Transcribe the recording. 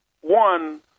one